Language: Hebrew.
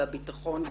ביטחון,